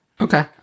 Okay